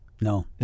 No